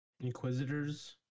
Inquisitors